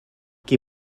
qui